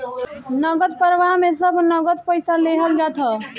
नगद प्रवाह में सब नगद पईसा लेहल जात हअ